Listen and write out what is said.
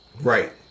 Right